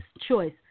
choice